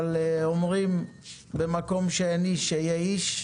אבל אומרים: "במקום שאין איש היה איש",